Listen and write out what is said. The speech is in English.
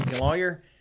Lawyer